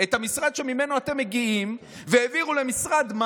את המשרד שממנו אתם מגיעים והעבירו, לאיזה משרד?